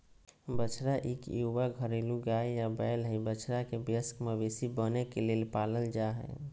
बछड़ा इक युवा घरेलू गाय या बैल हई, बछड़ा के वयस्क मवेशी बने के लेल पालल जा हई